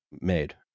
made